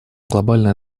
глобальная